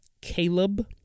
Caleb